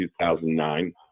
2009